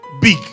big